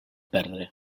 perdre